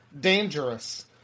dangerous